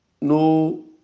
no